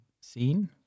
scene